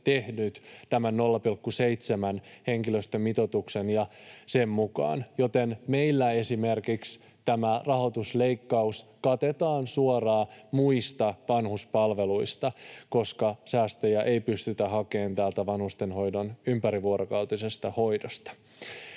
tehty tämän 0,7-henkilöstömitoituksen mukaan, joten esimerkiksi meillä tämä rahoitusleikkaus katetaan suoraan muista vanhuspalveluista, koska säästöjä ei pystytä hakemaan täältä vanhustenhoidon ympärivuorokautisesta hoidosta.